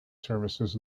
services